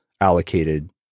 allocated